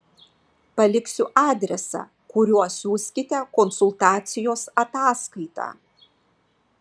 paliksiu adresą kuriuo siųskite konsultacijos ataskaitą